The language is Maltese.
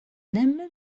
nemmen